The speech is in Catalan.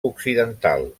occidental